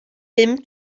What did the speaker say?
bum